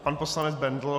Pan poslanec Bendl.